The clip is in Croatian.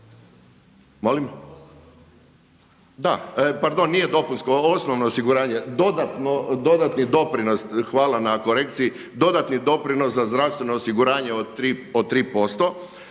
Da. Pardon, nije dopunsko, osnovno osiguranje. Dodatni doprinos, hvala na korekciji. Dodatni doprinos za zdravstveno osiguranje od 3%.